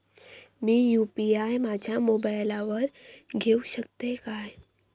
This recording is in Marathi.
मी यू.पी.आय माझ्या मोबाईलावर घेवक शकतय काय?